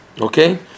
okay